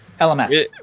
LMS